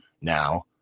now